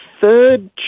third